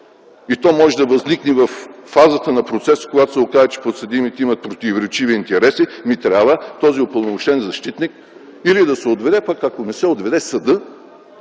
и то може да възникне във фазата на процеса, когато се окаже, че подсъдимите имат противоречиви интереси и трябва този упълномощен защитник или да се отведе, а пък ако не се отведе, съдът